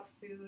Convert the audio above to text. food